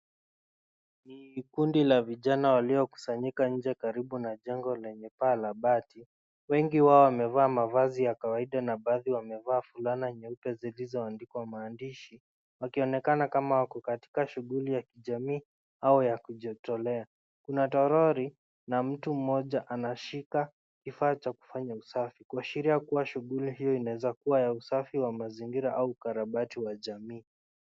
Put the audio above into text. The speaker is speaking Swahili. Ni kundi la vijana waliokusanyika nje karibu na jengo lenye paa la bati. Wengi wao wamevaa mavazi ya kawaida, na baadhi wamevaa fulana nyeupe zilizoandikwa mandishi, wakionekana kama wako katika shughuli za kijamii au kujitolea. Kuna toroli na mtu mmoja anashika kifaa cha kufanya usafi, kuashiria kuwa shughuli hii inaweza kuwa ya usafi wa mazingira au ukarabati wa jamii.